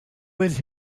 with